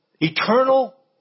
Eternal